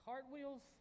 Cartwheels